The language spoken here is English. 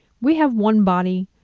we have one body,